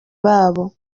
babo